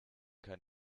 kann